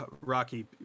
rocky